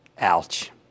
Ouch